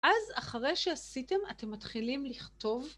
אז אחרי שעשיתם אתם מתחילים לכתוב